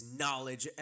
knowledge